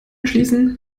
schließen